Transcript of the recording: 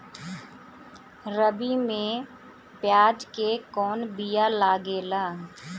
रबी में प्याज के कौन बीया लागेला?